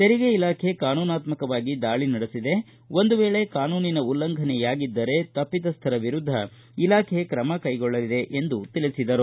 ತೆರಿಗೆ ಇಲಾಖೆ ಕಾನೂನಾತ್ಮಕವಾಗಿ ದಾಳಿ ನಡೆಸಿದೆ ಒಂದು ವೇಳೆ ಕಾನೂನಿನ ಉಲಂಘನೆಯಾಗಿದ್ದರೆ ತಪ್ಪಿತಸ್ಠರ ವಿರುದ್ದ ಇಲಾಖೆ ಕ್ರಮ ಕೈಗೊಳ್ಳಲಿದೆ ಎಂದು ತಿಳಿಸಿದರು